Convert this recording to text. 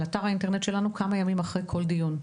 אתר האינטרנט שלנו כמה ימים אחרי כל דיון,